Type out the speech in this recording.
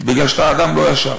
בגלל שאתה אדם לא ישר.